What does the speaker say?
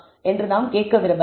என்று நாம் கேட்க விரும்பலாம்